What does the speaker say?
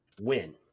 Win